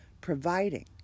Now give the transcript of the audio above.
providing